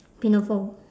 pinafore